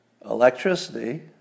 electricity